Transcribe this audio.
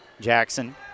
Jackson